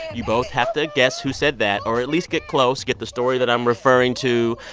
you both have to guess who said that or at least get close get the story that i'm referring to.